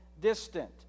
distant